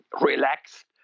relaxed